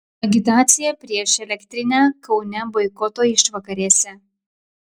agitacija prieš elektrinę kaune boikoto išvakarėse